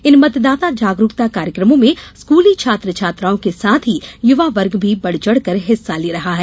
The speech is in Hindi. इन मतदाता जागरूकता कार्यकमों में स्कूली छात्र छात्राओं के साथ ही युवा वर्ग भी बढ़ चढ़कर हिस्सा ले रहे हैं